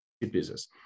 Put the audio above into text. business